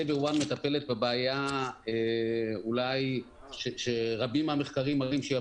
סייברוואן מטפלת בבעיה אולי שרבים מהמחקרים מראים שהיא